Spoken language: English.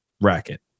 racket